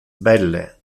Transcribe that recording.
belle